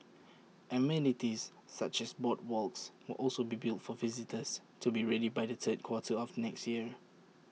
amenities such as boardwalks will also be built for visitors to be ready by the third quarter of next year